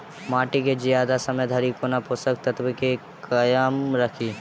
माटि केँ जियादा समय धरि कोना पोसक तत्वक केँ कायम राखि?